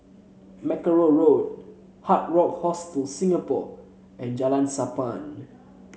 Mackerrow Road Hard Rock Hostel Singapore and Jalan Sappan